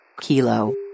Kilo